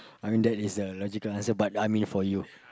I mean that is a logical answer but I mean for you